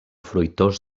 fruitós